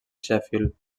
sheffield